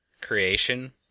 creation